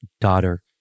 daughter